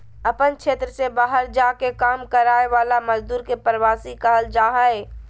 अपन क्षेत्र से बहार जा के काम कराय वाला मजदुर के प्रवासी कहल जा हइ